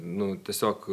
nu tiesiog